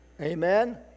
Amen